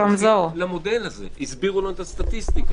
הסבירו לנו את הסטטיסטיקה.